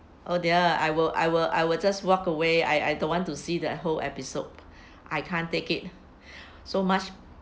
oh dear I will I will I will just walk away I I don't want to see that whole episode I can't take it so much